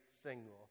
single